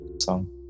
song